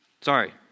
sorry